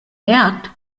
merkt